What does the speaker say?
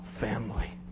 family